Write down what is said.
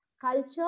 Culture